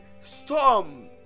Storm